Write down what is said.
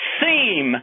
seem